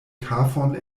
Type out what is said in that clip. kafon